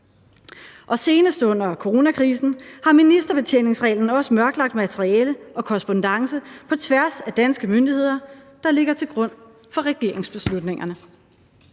senest under coronakrisen har ministerbetjeningsreglen også mørklagt materiale og korrespondance på tværs af danske myndigheder, der ligger til grund for regeringsbeslutningerne.